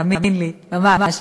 תאמין לי, ממש.